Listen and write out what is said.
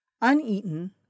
Uneaten